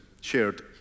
shared